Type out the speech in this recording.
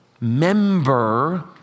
member